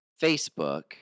Facebook